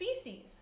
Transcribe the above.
species